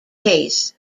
case